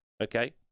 okay